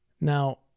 Now